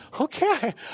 okay